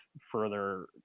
further